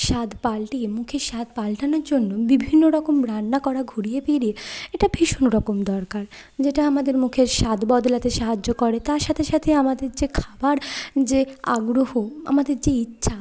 স্বাদ পাল্টিয়ে মুখের স্বাদ পাল্টানোর জন্য বিভিন্ন রকম রান্না করা ঘুরিয়ে ফিরিয়ে এটা ভীষণ রকম দরকার যেটা আমাদের মুখের স্বাদ বদলাতে সাহায্য করে তার সাথে সাথে আমাদের যে খাবার যে আগ্রহ আমাদের যে ইচ্ছা